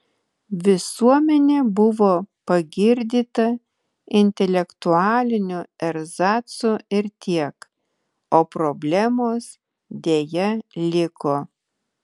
visuomenė buvo pagirdyta intelektualiniu erzacu ir tiek o problemos deja liko